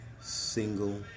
single